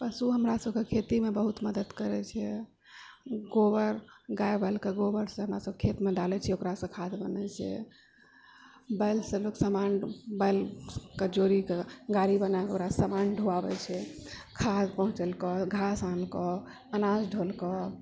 पशु हमरासबके खेतीमे बहुत मदद करैत छै गोबर गाय बैलके गोबर हमसब खेतमे डालए छिए ओकरासँ खाद बनबए छिए बैल से लोग सामान बेलके जोड़ीके गाड़ी बनाके ओकरासँ सामान ढ़ोआएल छै खाद्य पहुँचोलको घास आनलको अनाज ढ़ोलको